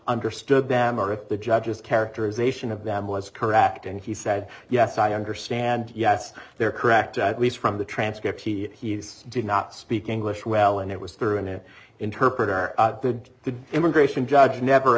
understood them or if the judge's characterization of them was correct and he said yes i understand yes they are correct at least from the transcript he did not speak english well and it was through an interpreter the immigration judge never